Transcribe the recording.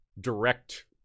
direct